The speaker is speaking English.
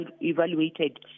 evaluated